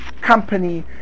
company